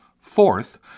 Fourth